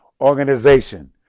organization